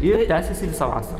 ir tęsiasi visą vasarą